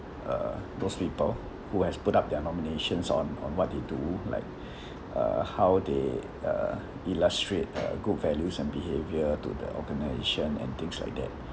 uh those people who has put up their nominations on on what they do like uh how they uh illustrate uh good values and behaviour to the organisation and things like that